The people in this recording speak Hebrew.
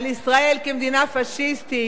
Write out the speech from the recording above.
על ישראל כמדינה פאשיסטית,